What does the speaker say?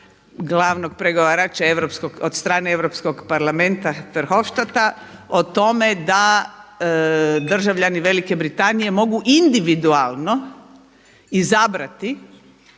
glavnog pregovarača od strane Europskog parlamenta Verhofstadta o tome da državljani Velike Britanije mogu individualno izabrati